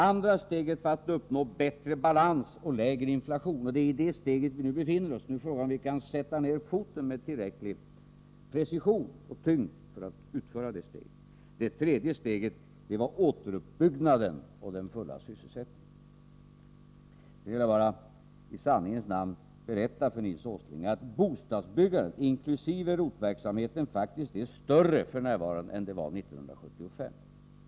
Andra steget var att uppnå bättre balans och lägre inflation. Det är i detta steg vi nu befinner oss. Nu är frågan om vi kan sätta ned foten med tillräcklig precision och tyngd för att utföra det steget. 31 Tredje steget är återuppbyggnaden och den fulla sysselsättningen. Jag vill bara i sanningens namn berätta för Nils Åsling att bostadsbyggandet, inklusive ROT-verksamheten, faktiskt är större f. n. än 1975.